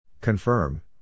Confirm